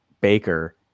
Baker